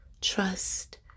trust